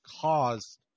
caused